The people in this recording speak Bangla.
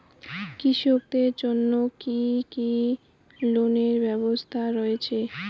কৃষকদের জন্য কি কি লোনের ব্যবস্থা রয়েছে?